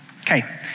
Okay